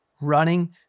running